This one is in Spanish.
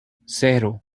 cero